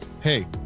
Hey